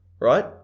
right